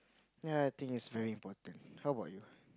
yea I think is very important how about you